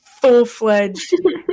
Full-fledged